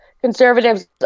conservatives